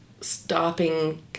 stopping